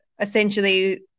essentially